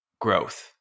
growth